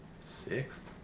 Sixth